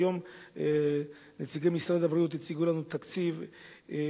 היום נציגי משרד הבריאות הציגו לנו תקציב חומש,